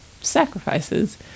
sacrifices